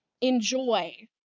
enjoy